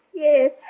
Yes